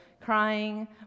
crying